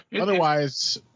Otherwise